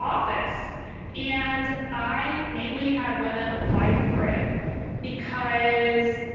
office and i mainly had women apply for it because